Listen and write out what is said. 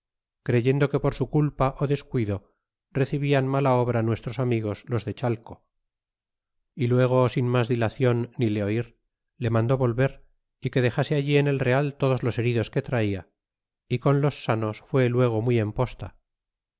creyendo que por su culpa ó descuido re cibian mala obra nuestros amigos los de chalc y luego sin mas dilaciou ni le oir le mandó volver y que dexase allí en el real todos los heridos que traia y con los sanos luego fue muy en posta